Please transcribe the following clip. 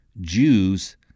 Jews